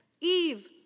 Eve